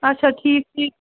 اَچھا ٹھیٖک ٹھیٖک